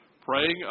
praying